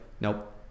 nope